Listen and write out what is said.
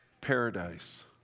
paradise